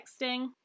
texting